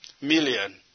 million